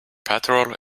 petrol